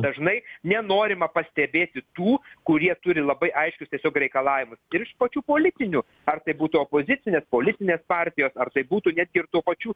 dažnai nenorima pastebėti tų kurie turi labai aiškius tiesiog reikalavimus ir iš pačių politinių ar tai būtų opozicinės politinės partijos ar tai būtų netgi ir tuo pačiu